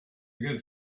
good